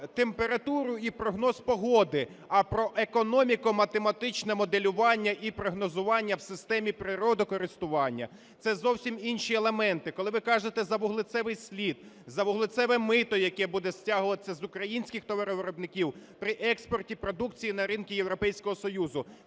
температуру і прогноз погоди, а про економіко-математичне моделювання і прогнозування в системі природокористування. Це зовсім інші елементи. Коли ви кажете за вуглецевий слід, за вуглецеве мито, яке буде стягуватися з українських товаровиробників при експорті продукції на ринки Європейського Союзу,